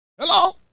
Hello